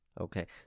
Okay